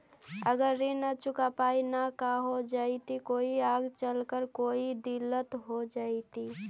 अगर ऋण न चुका पाई न का हो जयती, कोई आगे चलकर कोई दिलत हो जयती?